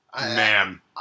Man